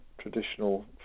traditional